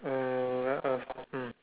um there's a fountain